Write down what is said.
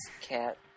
cat